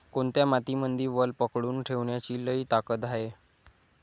कोनत्या मातीमंदी वल पकडून ठेवण्याची लई ताकद हाये?